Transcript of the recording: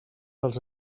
dels